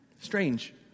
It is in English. Strange